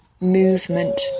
movement